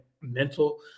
mental